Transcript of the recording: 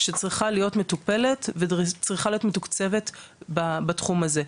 שצריכה להיות מטופלת וצריכה להיות מתוקצבת בתחום הזה.